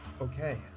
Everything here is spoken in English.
Okay